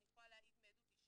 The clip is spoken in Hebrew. אני יכולה להעיד מעדות אישית,